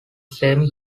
semi